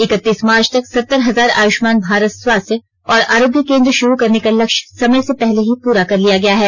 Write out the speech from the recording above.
इक्कतीस मार्च तक सतर हजार आयुष्मान भारत स्वास्थ्य और आरोग्य केन्द्र शुरू करने का लक्ष्यं समय से पहले ही पूरा कर लिया गया है